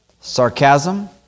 sarcasm